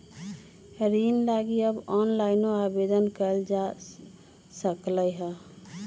ऋण लागी अब ऑनलाइनो आवेदन कएल जा सकलई ह